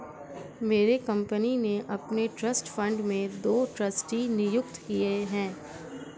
मेरी कंपनी ने अपने ट्रस्ट फण्ड में दो ट्रस्टी नियुक्त किये है